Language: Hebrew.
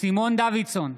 סימון דוידסון,